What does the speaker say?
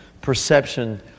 perception